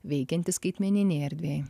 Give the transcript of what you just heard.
veikiantys skaitmeninėj erdvėj